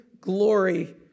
glory